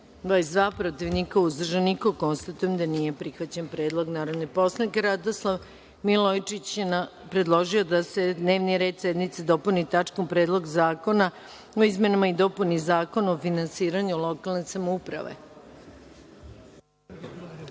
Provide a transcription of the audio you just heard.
22, protiv – niko, uzdržanih - nema. Konstatujem da nije prihvaćen ovaj predlog. Narodni poslanik, Radoslav Milojičić, predložio je da se dnevni red sednice dopuni tačkom – Predlog zakona o izmenama i dopunama Zakona o finansiranju lokalne samouprave.